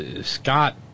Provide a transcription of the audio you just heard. Scott